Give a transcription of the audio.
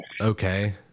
Okay